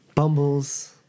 Bumbles